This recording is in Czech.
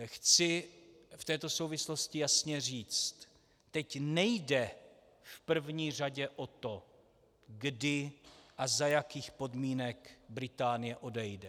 Chci v této souvislosti jasně říct: Teď nejde v první řadě o to, kdy a za jakých podmínek Británie odejde.